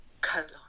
colon